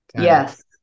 Yes